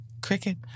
Cricket